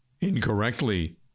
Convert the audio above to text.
incorrectly